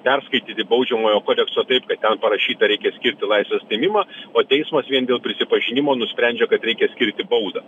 perskaityti baudžiamojo kodekso taip kad ten parašyta reikia skirti laisvės atėmimą o teismas vien dėl prisipažinimo nusprendžia kad reikia skirti baudą